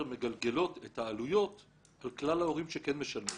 מגלגלות את העלויות על כלל ההורים שכן משלמים